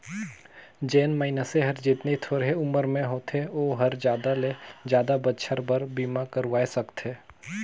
जेन मइनसे हर जेतनी थोरहें उमर के होथे ओ हर जादा ले जादा बच्छर बर बीमा करवाये सकथें